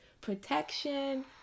protection